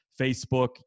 Facebook